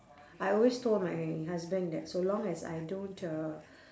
I always told my husband that so long as I don't uh